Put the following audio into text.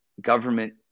government